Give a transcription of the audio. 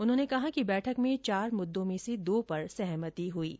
उन्होंने कहा कि बैठक में चार मुद्दों में से दो पर सहमति हो गई है